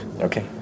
Okay